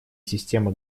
системы